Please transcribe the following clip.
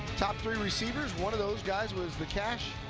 top three receivers, one of those guys was the cash,